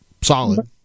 solid